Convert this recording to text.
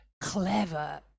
clever